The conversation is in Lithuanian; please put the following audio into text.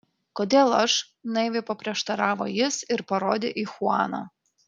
kodėl aš naiviai paprieštaravo jis ir parodė į chuaną